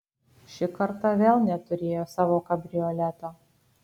ši karta vėl neturėjo savo kabrioleto